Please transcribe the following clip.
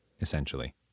essentially